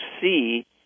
see